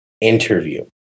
interview